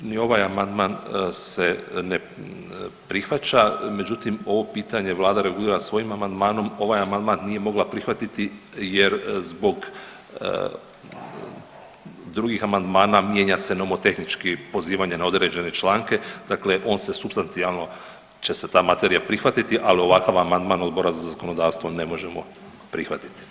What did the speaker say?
Ni ovaj amandman se ne prihvaća, međutim, ovo pitanje Vlada regulira svojim amandmanom, ovaj amandman nije mogla prihvatiti jer zbog drugih amandmana mijenja se nomotehnički pozivanje na određene članke, dakle on se supstancijalno će se ta materija prihvatiti, ali ovakav amandman Odbora za zakonodavstvo ne možemo prihvatiti.